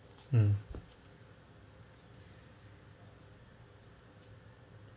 um